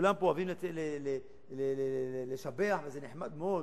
וכולם פה אוהבים לשבח, וזה נחמד מאוד,